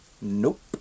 Nope